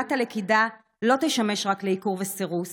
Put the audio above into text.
פעולת הלכידה לא תשמש רק לעיקור וסירוס